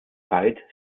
zeit